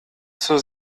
zur